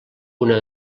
una